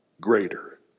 greater